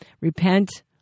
repent